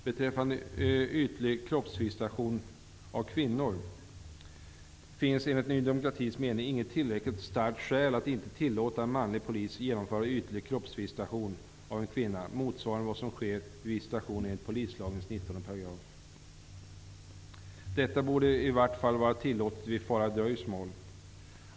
Beträffande ytlig kroppsvisitation av kvinnor finns enligt Ny demokratis mening inget tillräckligt stark skäl för att inte tillåta en manlig polis att genomföra en ytlig kroppsvisitation av en kvinna, motsvarande vad som sker vid visitation enligt 19 § polislagen. Detta borde i varje fall vara tillåtet vid fara i dröjsmål.